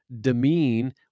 demean